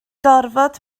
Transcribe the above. gorfod